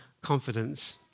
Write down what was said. confidence